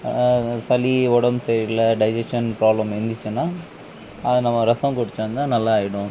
சளி உடம் சரியில்லை டைஜெஷன் ப்ராப்ளம் இருந்துச்சின்னா நம்ம ரசம் குடிச்சு வந்தா நல்லாயிடும்